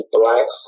black